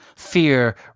fear